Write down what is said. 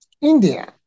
India